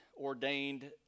ordained